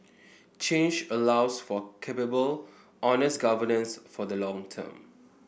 change allows for capable honest governance for the long term